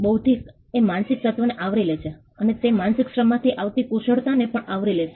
બૌદ્ધિક એ માનસિક તત્વને આવરી લે છે અને તે માનસિક શ્રમમાંથી આવતી કુશળતાને પણ આવરી લેશે